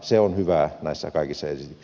se on hyvää näissä kaikissaen